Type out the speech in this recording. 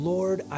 Lord